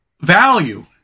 value